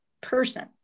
person